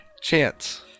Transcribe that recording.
Chance